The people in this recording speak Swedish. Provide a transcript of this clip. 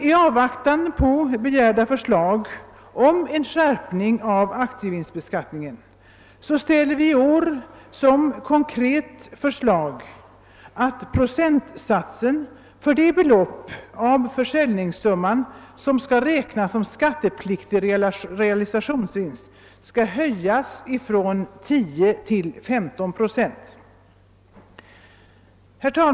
I avvaktan på begärda förslag om en skärpning av aktievinstbeskattningen ställer vi emellertid i år det konkreta förslaget att den andel av försäljningssumman, som skall räknas som skattepliktig realisationsvinst, skall höjas från 10 procent till 15 procent.